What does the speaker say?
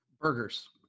burgers